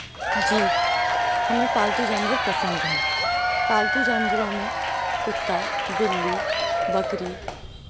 جی ہمیں پالتو جانور پسند ہیں پالتو جانوروں میں کتا بلی بکری